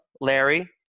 Larry